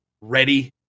ready